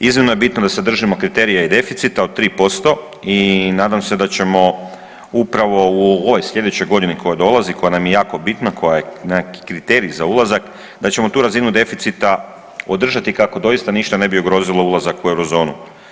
Iznimno je bitno da se držimo kriterija i deficita od 3% i nadam se da ćemo upravo u ovoj sljedećoj godini koja dolazi, koja nam je jako bitna, koja je nekakav kriterij za ulazak, da ćemo tu razinu deficita održati, kako doista ništa ne bi ugrozilo ulazak u euro zonu.